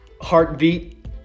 heartbeat